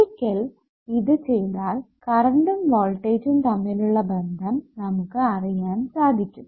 ഒരിക്കൽ ഇത് ചെയ്താൽ കറണ്ടും വോൾട്ടേജ്ജും തമ്മിലുള്ള ബന്ധം നമുക്ക് അറിയാൻ സാധിക്കും